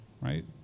right